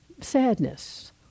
sadness